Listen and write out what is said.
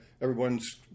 Everyone's